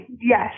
Yes